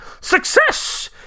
Success